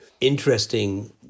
Interesting